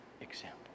example